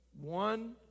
One